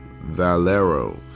Valero